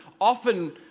often